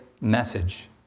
message